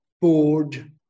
bored